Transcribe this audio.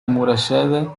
amurallada